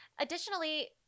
Additionally